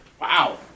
Wow